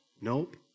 Nope